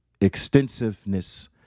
extensiveness